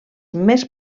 més